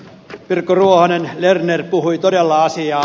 pirkko ruohonen lerner puhui todella asiaa